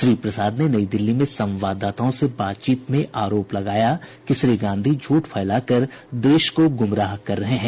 श्री प्रसाद ने नई दिल्ली में संवाददाताओं से बातचीत में आरोप लगाया कि श्री गांधी झूठ फैलाकर राष्ट्र को गुमराह कर रहे हैं